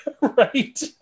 Right